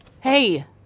Hey